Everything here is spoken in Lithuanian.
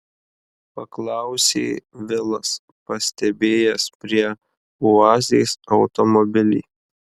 paklausė vilas pastebėjęs prie oazės automobilį